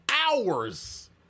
hours